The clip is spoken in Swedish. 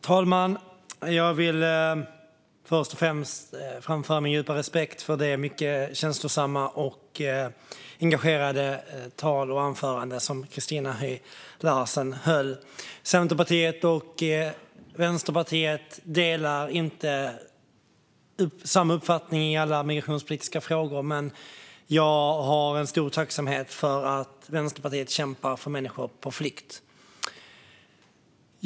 Fru talman! Jag vill först och främst framföra min djupa respekt för det mycket känslosamma och engagerade anförande som Christina Höj Larsen höll. Centerpartiet och Vänsterpartiet har inte samma uppfattning i alla migrationspolitiska frågor, men jag känner stor tacksamhet för att Vänsterpartiet kämpar för människor på flykt.